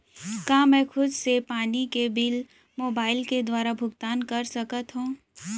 का मैं खुद से पानी के बिल मोबाईल के दुवारा भुगतान कर सकथव?